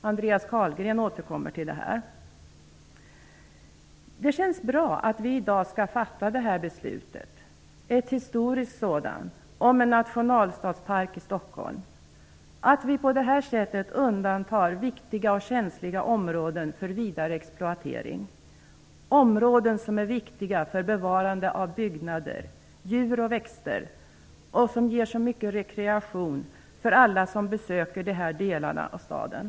Andreas Carlgren återkommer till detta. Det känns bra att vi i dag skall fatta detta beslut - ett historiskt sådant - om en nationalstadspark i Stockholm. Vi undantar på detta sätt viktiga och känsliga områden för vidare exploatering. Det är områden som är viktiga för bevarande av byggnader, djur och växter och som ger så mycket rekreation för alla som besöker de delarna av staden.